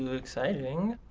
exciting.